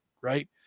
right